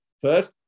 first